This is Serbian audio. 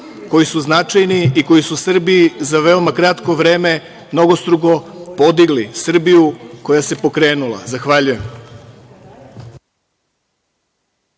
koji su značajni i koji su Srbiji za veoma kratko vreme mnogostruko podigli Srbiju koja se pokrenula. Zahvaljujem.